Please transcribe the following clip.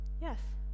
Yes